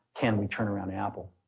can we turn around apple?